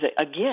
again